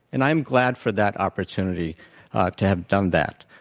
and i'm glad for that opportunity to have done that.